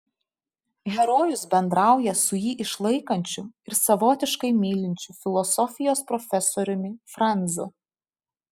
herojus bendrauja su jį išlaikančiu ir savotiškai mylinčiu filosofijos profesoriumi franzu